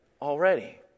already